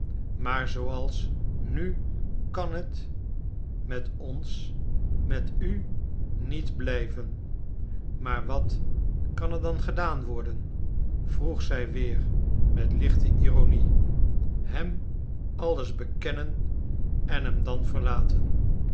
maar zooals nu kan het met ons met u niet blijven maar wat kan er dan gedaan worden vroeg zij weer met lichte ironie hem alles bekennen en hem dan verlaten